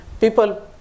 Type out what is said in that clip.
people